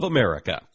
America